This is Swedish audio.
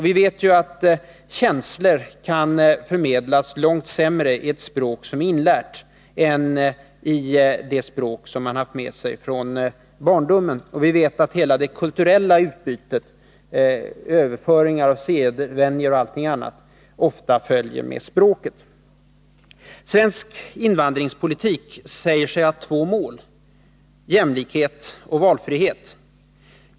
Vi vet att känslor kan förmedlas långt sämre på ett språk som är inlärt än på det språk man har haft med sig från barndomen, och vi vet att hela det kulturella utbytet — överföringar av sedvänjor och allt sådant — ofta följer med språket. Svensk invandringspolitik säger sig ha två mål: jämlikhet och valfrihet.